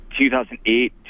2008